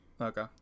Okay